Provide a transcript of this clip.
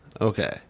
Okay